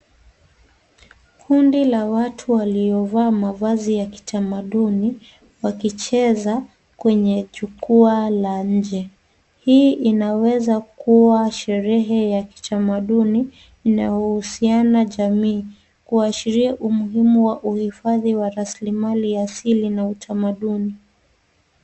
Kundi la watu waliovaa mavazi ya kitamaduni wakicheza kwenye jukwaa la nje. Hii inaweza kuwa sherehe ya kitamaduni inayohusiana na jamii ,kuashiria umuhimu wa uhifadhi wa raslimali asili na utamaduni.